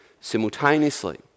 simultaneously